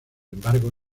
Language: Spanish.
embargo